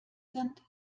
sind